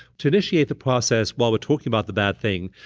to initiate the process while we're talking about the bad thing,